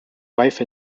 wife